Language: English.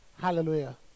Hallelujah